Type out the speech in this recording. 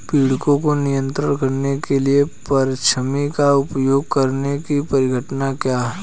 पीड़कों को नियंत्रित करने के लिए परभक्षी का उपयोग करने की परिघटना क्या है?